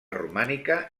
romànica